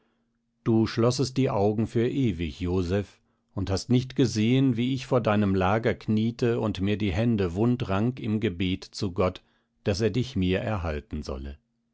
du schlossest die augen für ewig joseph und hast nicht gesehen wie ich vor deinem lager kniete und mir die hände wund rang im gebet zu gott daß er dich mir erhalten solle